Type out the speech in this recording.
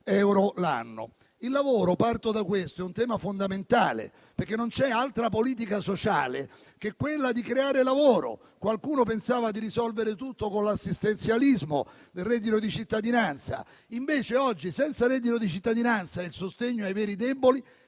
euro l'anno. Il lavoro - parto da questo - è un tema fondamentale, perché non c'è altra politica sociale che quella di creare lavoro. Qualcuno pensava di risolvere tutto con l'assistenzialismo del reddito di cittadinanza. Invece oggi, senza reddito di cittadinanza, con il sostegno ai veri deboli,